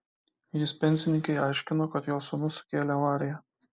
jis pensininkei aiškino kad jos sūnus sukėlė avariją